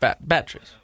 Batteries